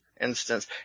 instance